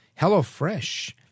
HelloFresh